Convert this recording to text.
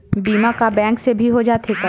बीमा का बैंक से भी हो जाथे का?